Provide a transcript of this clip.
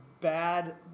bad